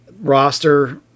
roster